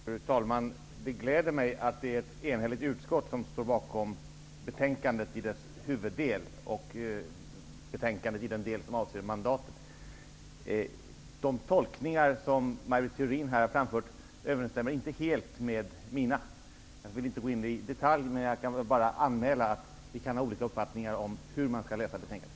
Fru talman! Det är glädjande att ett enhälligt utskott står bakom betänkandet i dess huvuddel och i den del som avser mandatet. De tolkningar som Maj Britt Theorin här har framfört överensstämmer inte helt med mina. Jag vill inte gå in i detalj, men jag kan väl bara anmäla att vi kan ha olika uppfattningar om hur man skall läsa betänkandet.